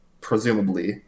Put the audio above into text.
presumably